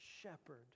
shepherd